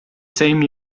same